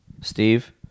Steve